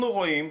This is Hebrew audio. אנחנו רואים,